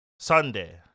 Sunday